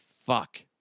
fuck